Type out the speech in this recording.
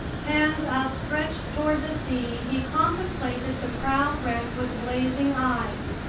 hands outstretched toward the sea, he contemplated the proud wreck with blazing eyes.